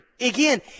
Again